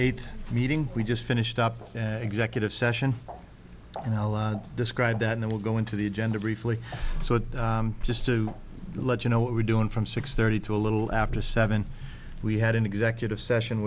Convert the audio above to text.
eighth meeting we just finished up an executive session and i described that they will go into the agenda briefly so just to let you know what we're doing from six thirty to a little after seven we had an executive session